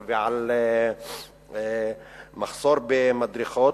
בתמרורים ועל מחסור במדרכות.